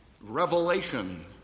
Revelation